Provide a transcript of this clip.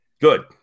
Good